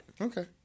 Okay